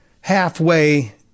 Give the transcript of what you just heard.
halfway